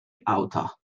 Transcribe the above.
auta